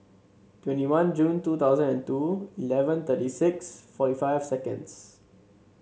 twenty one June two thousand and two eleven thirty six forty five seconds